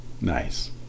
Nice